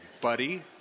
buddy